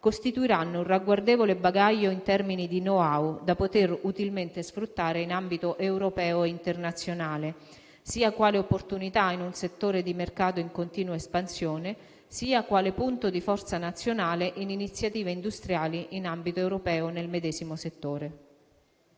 costituiranno un ragguardevole bagaglio in termini di *know how* da poter utilmente sfruttare in ambito europeo internazionale, sia quale opportunità in un settore di mercato in continua espansione, sia quale punto di forza nazionale in iniziative industriali in ambito europeo nel medesimo settore.